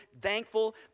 thankful